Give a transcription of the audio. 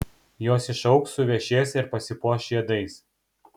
jos išaugs suvešės ir pasipuoš žiedais